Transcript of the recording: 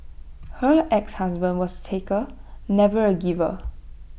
her exhusband was taker never A giver